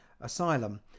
asylum